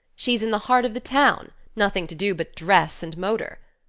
she's in the heart of the town, nothing to do but dress and motor.